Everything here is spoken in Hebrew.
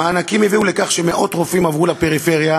המענקים הביאו לכך שמאות רופאים עברו לפריפריה